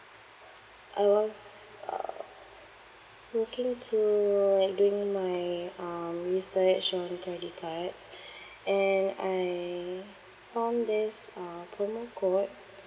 I was uh looking through like doing my um research on credit cards and I found this uh promo code